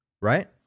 right